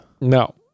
no